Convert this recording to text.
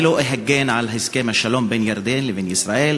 אני לא אגן פה על הסכם השלום בין ירדן לבין ישראל,